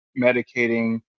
medicating